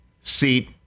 seat